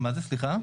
מה זה, סליחה?